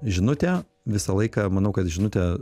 žinutė visą laiką manau kad žinutę